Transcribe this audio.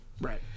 Right